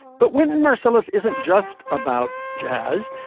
but wynton marsalis isn't just about jazz.